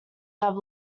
have